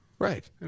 Right